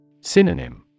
Synonym